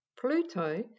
Pluto